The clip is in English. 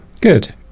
good